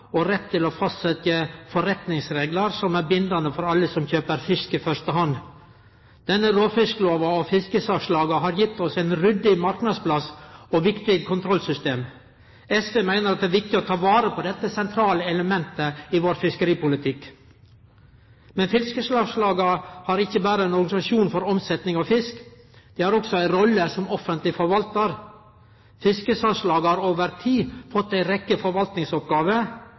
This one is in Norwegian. og rett til å fastsetje forretningsreglar som er bindande for alle som kjøper fisk i første hand. Denne råfisklova og fiskesalslaga har gitt oss ein ryddig marknadsplass og viktige kontrollsystem. SV meiner at det er viktig å ta vare på dette sentrale elementet i fiskeripolitikken vår. Men fiskesalslaga er ikkje berre ein organisasjon for omsetning av fisk. Dei har også ei rolle som offentleg forvaltar. Fiskesalslaga har over tid fått ei rekkje forvaltningsoppgåver.